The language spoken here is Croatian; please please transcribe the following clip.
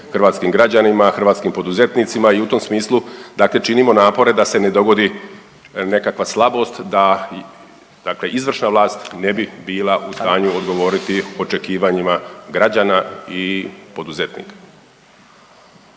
hrvatskih građanima i hrvatskim poduzetnicima i u tom smislu dakle činimo napore da se ne dogodi nekakva slabost da dakle izvršna vlast ne bi bila u stanju odgovoriti očekivanjima građana i poduzetnika.